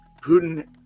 Putin